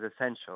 essential